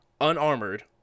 unarmored